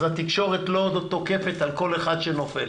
אז התקשורת לא תוקפת על כל אחד שנופל.